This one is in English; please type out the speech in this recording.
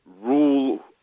rule